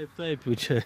taip taip jų čia